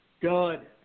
Good